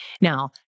Now